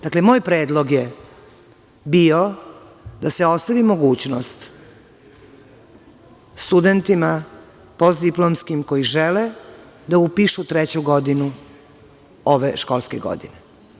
Dakle, moj predlog je bio da se ostavi mogućnost studentima, postidplomskim, koji žele, da upišu treću godinu ove školske godine.